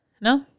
no